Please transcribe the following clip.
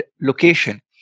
location